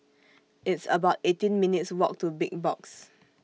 It's about eighteen minutes' Walk to Big Box